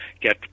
get